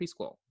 preschool